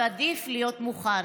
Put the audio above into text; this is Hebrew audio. ועדיף להיות מוכן'.